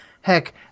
Heck